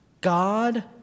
God